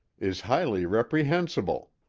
is highly reprehensible.